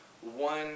one